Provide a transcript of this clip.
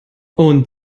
und